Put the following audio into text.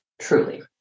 Truly